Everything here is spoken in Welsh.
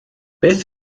beth